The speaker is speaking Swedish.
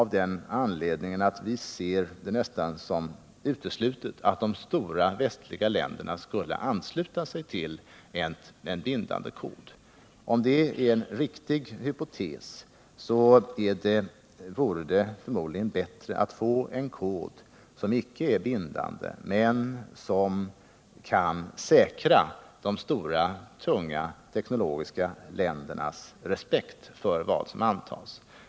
Vi tror nämligen att det är uteslutet att de stora västliga länderna skulle ansluta sig till en bindande kod. Om det är en riktig hypotes är det förmodligen bättre att få en kod som inte är bindande men som kan säkra de stora, tunga teknologiska ländernas respekt för vad som antas.